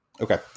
Okay